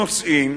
נושאים